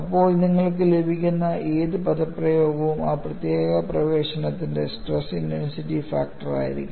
അപ്പോൾ നിങ്ങൾക്ക് ലഭിക്കുന്ന ഏത് പദപ്രയോഗവും ആ പ്രത്യേക പ്രശ്നത്തിന്റെ സ്ട്രെസ് ഇന്റൻസിറ്റി ഫാക്ടർ ആയിരിക്കും